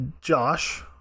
Josh